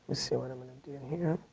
see what i'm gonna do here.